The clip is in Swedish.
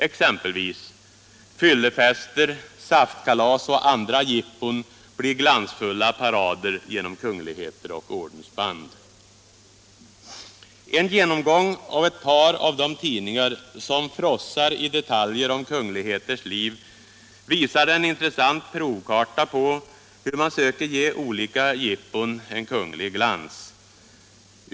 Exempelvis: Fyllefester, saftkalas och andra jippon blir glansfulla parader genom kungligheter och ordensband! En genomgång av ett par av de tidningar som frossar i detaljer om kungligheters liv visar en intressant provkarta på hur man söker ge olika jippon en kunglig glans.